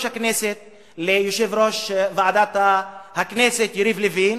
הכנסת ליושב-ראש ועדת הכנסת יריב לוין,